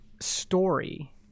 story